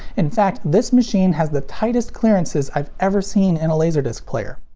in fact, this machine has the tightest clearances i've ever seen in a laserdisc player.